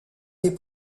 des